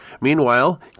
Meanwhile